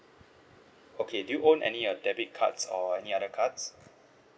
okay do you own any uh debit cards or any other cards